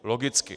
Logicky.